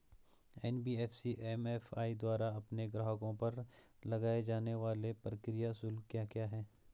NBFC MFI द्वारा अपने ग्राहकों पर लगाए जाने वाले प्रक्रिया शुल्क क्या क्या हैं?